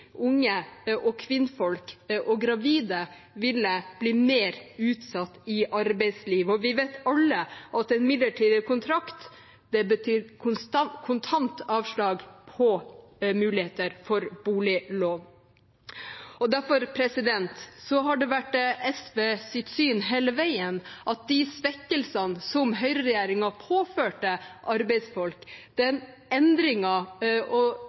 unge, kvinner og gravide ville bli mer utsatt i arbeidslivet. Vi vet alle at en midlertidig kontrakt betyr kontant avslag på muligheter for boliglån. Derfor har det vært SVs syn hele veien at de svekkelsene som høyreregjeringen påførte arbeidsfolk, den endringen og